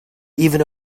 even